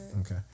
Okay